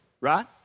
Right